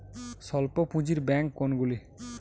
স্বল্প পুজিঁর ব্যাঙ্ক কোনগুলি?